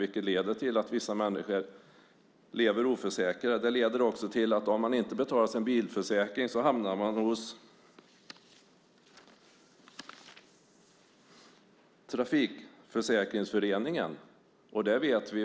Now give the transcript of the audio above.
Det kan leda till att vissa människor lever oförsäkrade. Om man inte betalar sin bilförsäkring hamnar man hos Trafikförsäkringsföreningen.